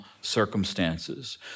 circumstances